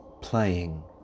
playing